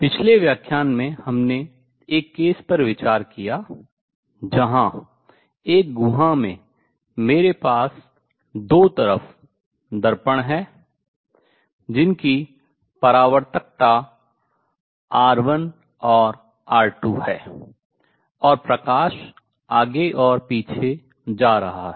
पिछले व्याख्यान में हमने एक केस पर विचार किया जहां एक गुहा में मेरे पास दो तरफ दर्पण है जिनकी परावर्तकतता R1 और R2 है और प्रकाश आगे और पीछे जा रहा है